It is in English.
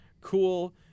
Cool